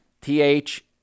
th